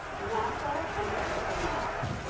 nasa, and jefferson labs.